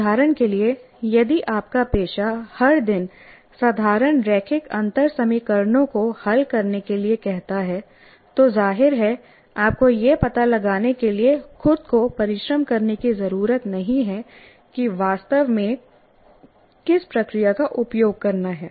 उदाहरण के लिए यदि आपका पेशा हर दिन साधारण रैखिक अंतर समीकरणों को हल करने के लिए कहता है तो जाहिर है आपको यह पता लगाने के लिए खुद को परिश्रम करने की ज़रूरत नहीं है कि वास्तव में किस प्रक्रिया का उपयोग करना है